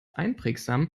einprägsam